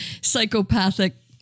psychopathic